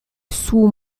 sous